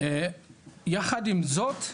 יחד עם זאת,